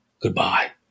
Goodbye